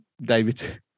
David